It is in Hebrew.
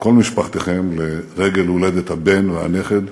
וכל משפחתכם לרגל הולדת הבן והנכד,